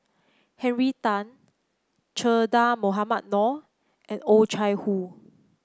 Henry Tan Che Dah Mohamed Noor and Oh Chai Hoo